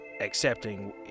accepting